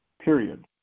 period